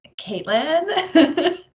Caitlin